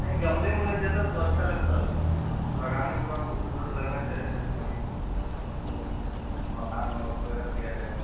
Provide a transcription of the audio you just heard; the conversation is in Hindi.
नहीं गमले में लगता जाता तो अच्छा लगता उसे लगाने बाद खूबसूरत लगना चाहिए जैसे की उसको मकान होगा उसपर रख दिया जाए